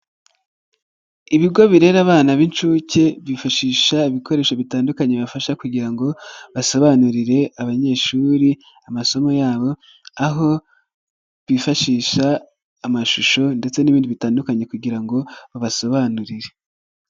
Ibigo birera abana b'incuke byifashisha ibikoresho bitandukanye bifasha kugira ngo basobanurire abanyeshuri amasomo yabo, aho bifashisha amashusho ndetse n'ibindi bitandukanye kugira ngo babasobanurire.